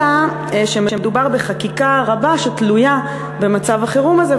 אלא שמדובר בחקיקה רבה שתלויה במצב החירום הזה,